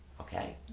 Okay